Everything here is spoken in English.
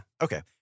Okay